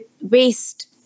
waste